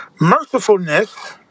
mercifulness